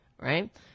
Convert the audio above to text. right